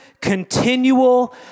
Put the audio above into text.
continual